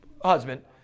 husband